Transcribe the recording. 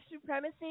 supremacy